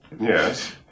Yes